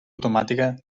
automàtica